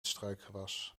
struikgewas